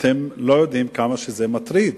אתם לא יודעים כמה זה מטריד,